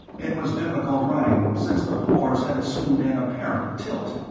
it was difficult running, since the floors had assumed an apparent tilt.